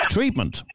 treatment